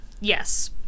Yes